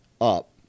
up